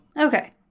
Okay